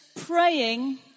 praying